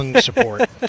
support